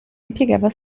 impiegava